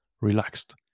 relaxed